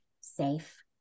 safe